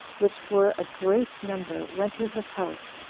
which were a great number, went to his house,